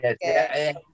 Yes